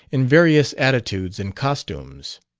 in various attitudes and costumes.